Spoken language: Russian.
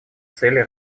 цели